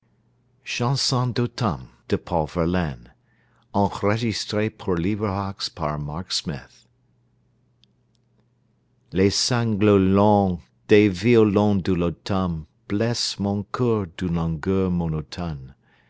chanson d'automne les sanglots longs des violons de l'automne blessent mon coeur d'une langueur monotone